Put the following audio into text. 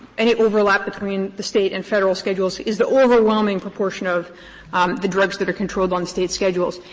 any overlap between the state and federal schedules is the overwhelming proportion of the drugs that are controlled on state schedules.